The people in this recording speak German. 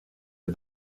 der